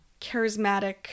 charismatic